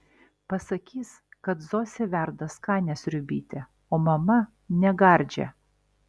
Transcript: pasakys kad zosė verda skanią sriubytę o mama negardžią